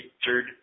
featured